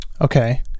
Okay